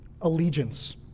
allegiance